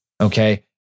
okay